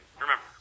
remember